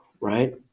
right